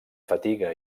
fatiga